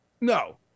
No